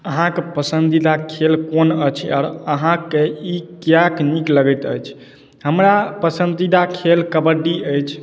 अहाँके पसन्दीदा खेल कोन अछि आर अहाँके ई किएक नीक लगैत अछि हमरा पसन्दीदा खेल कबड्डी अछि